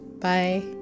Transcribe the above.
Bye